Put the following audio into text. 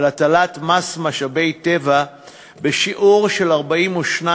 להטיל מס משאבי טבע בשיעור של 42%,